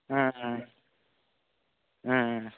ஆஆ ஆஆ